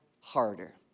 harder